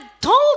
told